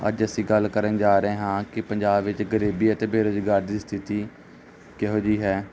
ਅੱਜ ਅਸੀਂ ਗੱਲ ਕਰਨ ਜਾ ਰਹੇ ਹਾਂ ਕਿ ਪੰਜਾਬ ਵਿੱਚ ਗਰੀਬੀ ਅਤੇ ਬੇਰੁਜ਼ਗਾਰ ਦੀ ਸਥਿਤੀ ਕਿਹੋ ਜਿਹੀ ਹੈ